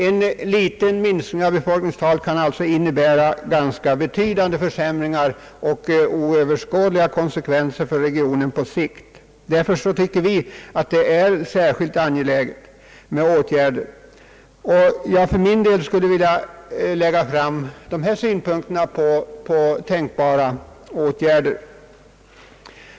En obetydlig minskning av befolkningen kan alltså medföra ganska betydande försämringar i detta avseende med oöverskådliga konsekvenser för regionen på sikt. Därför tycker vi att det är särskilt angeläget att åtgärder vidtas för att motverka arbetslösheten. Jag skulle för min del vilja lägga fram följande synpunkter på tänkbara åtgärder.